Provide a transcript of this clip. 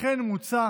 לכן מוצע